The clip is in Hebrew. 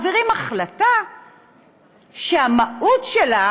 מעבירים החלטה שהמהות שלה